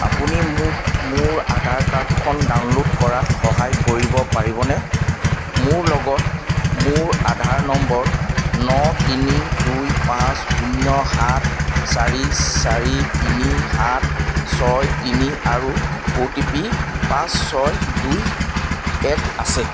আপুনি মোক মোৰ আধাৰ কাৰ্ডখন ডাউনল'ড কৰাত সহায় কৰিব পাৰিবনে মোৰ লগত মোৰ আধাৰ নম্বৰ ন তিনি দুই পাঁচ শূন্য সাত চাৰি চাৰি তিনি সাত ছয় তিনি আৰু অ' টি পি পাঁচ ছয় দুই এক আছে